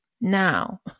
Now